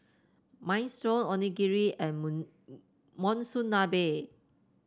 Minestrone Onigiri and Monsunabe